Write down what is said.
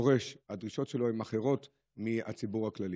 הדרישות שלו הן אחרות משל הציבור הכללי?